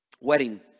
wedding